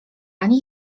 ani